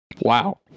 Wow